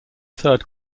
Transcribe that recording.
third